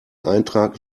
eintrag